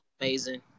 amazing